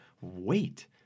wait